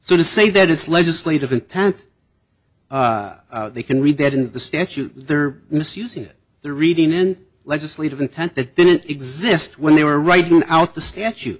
so to say that it's legislative intent they can read that in the statute they're misusing it the reading in legislative intent that didn't exist when they were writing out the statu